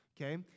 okay